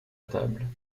table